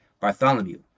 Bartholomew